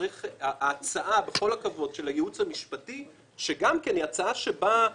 ההצעה בכל הכבוד של הייעוץ המשפט שהיא הצעה שבאה,